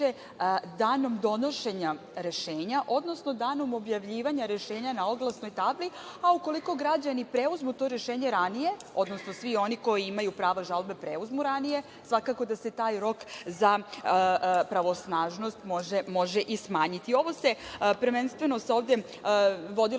danom donošenja rešenja, odnosno danom objavljivanja rešenja na oglasnoj tabli, a ukoliko građani preuzmu to rešenje ranije, odnosno svi oni koji imaju pravo žalbe preuzmu ranije, svakako da se taj rok za pravosnažnost može i smanjiti. Prvenstveno se ovde vodilo